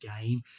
game